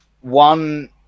One